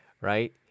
Right